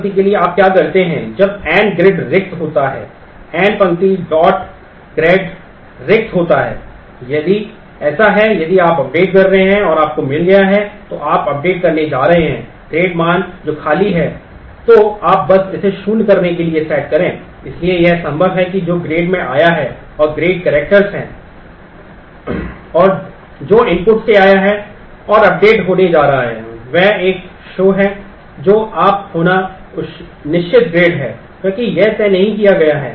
trigger होने जा रहा है वह एक शो है जो अब होना निश्चित ग्रेड है क्योंकि यह तय नहीं किया गया है